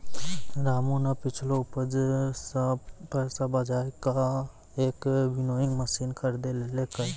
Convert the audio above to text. रामू नॅ पिछलो उपज सॅ पैसा बजाय कॅ एक विनोइंग मशीन खरीदी लेलकै